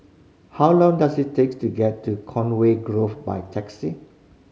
how long does it takes to get to Conway Grove by taxi